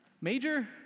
Major